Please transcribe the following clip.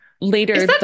later